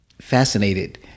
fascinated